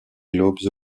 globes